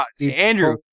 andrew